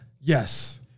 yes